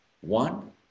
one